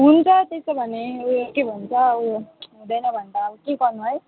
हुन्छ त्यसो भने उयो के भन्छ उयो हुँदैन भने त अब के गर्नु है